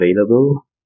available